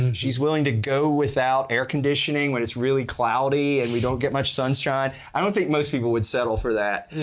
and she's willing to go without air-conditioning when it's really cloudy and we don't get much sunshine. i don't think most people would settle for that.